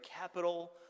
capital